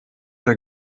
der